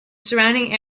surrounding